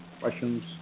questions